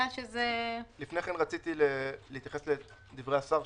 לפני כן רציתי להתייחס לדברי השר,